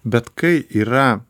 bet kai yra